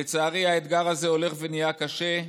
לצערי, האתגר הזה הולך ונהיה קשה,